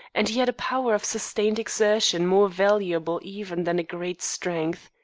and he had a power of sustained exertion more valuable even than great strength.